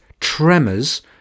tremors